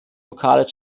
lokale